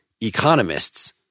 economists